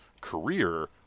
career